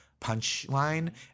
punchline